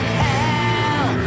hell